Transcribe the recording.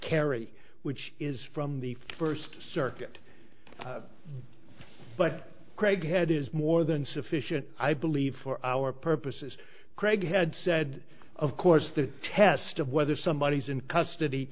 carry which is from the first circuit but craighead is more than sufficient i believe for our purposes craig had said of course the test of whether somebody is in custody